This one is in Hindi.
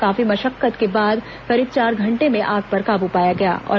काफी मशक्कत के बाद करीब चार घंटे में आग पर काबू पाया जा सका